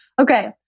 Okay